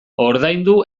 ordaindu